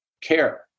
care